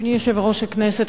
אדוני יושב-ראש הכנסת,